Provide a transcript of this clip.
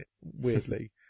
Weirdly